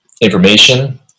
information